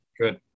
good